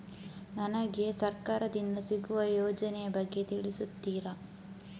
ನನಗೆ ಸರ್ಕಾರ ದಿಂದ ಸಿಗುವ ಯೋಜನೆ ಯ ಬಗ್ಗೆ ತಿಳಿಸುತ್ತೀರಾ?